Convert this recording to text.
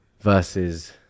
versus